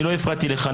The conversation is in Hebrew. אני לא הפרעתי לך.